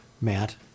Matt